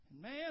Man